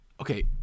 Okay